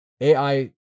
AI